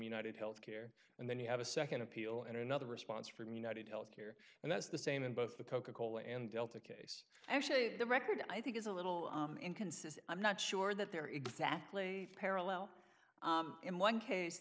united health care and then you have a nd appeal in another response from united health care and that's the same in both the coca cola and delta case actually the record i think is a little inconsistent i'm not sure that they're exactly parallel in one case